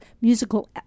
musical